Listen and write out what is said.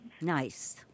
Nice